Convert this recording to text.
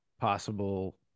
possible